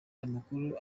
amakuru